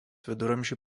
viduramžių